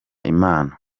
imana